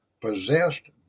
possessed